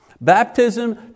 Baptism